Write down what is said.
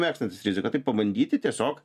mėgstantis riziką tai pabandyti tiesiog